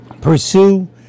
pursue